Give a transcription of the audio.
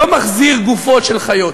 לא מחזיר גופות של חיות.